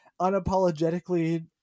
unapologetically